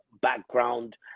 background